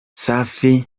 safi